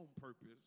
purpose